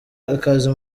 akazi